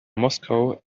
moskauer